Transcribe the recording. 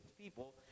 people